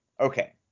okay